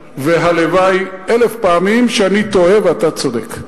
והלוואי אלף פעמים שאני טועה ואתה צודק.